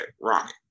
rocking